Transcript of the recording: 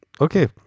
okay